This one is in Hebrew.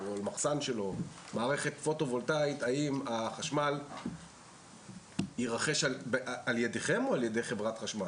או מחסן שלו מערכת פוטו וולטאית האם יירכש על ידכם או על ידי חברת חשמל?